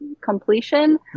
completion